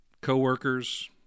coworkers